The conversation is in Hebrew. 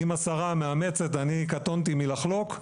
אם השרה מאמצת, אני קטונתי מלחלוק.